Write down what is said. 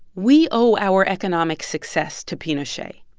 we owe our economic success to pinochet.